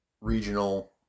regional